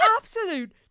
absolute